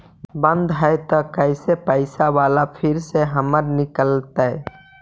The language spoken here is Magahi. बन्द हैं त कैसे पैसा बाला फिर से हमर निकलतय?